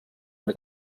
una